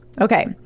Okay